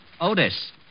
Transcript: Otis